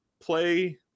play